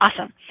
Awesome